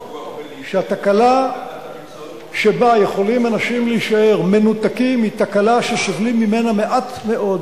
התקלה שבה יכולים אנשים להישאר מנותקים היא תקלה שסובלים ממנה מעט מאוד,